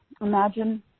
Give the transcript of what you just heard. imagine